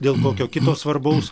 dėl kokio kito svarbaus